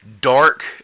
dark